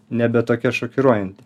nebe tokia šokiruojanti